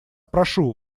прошу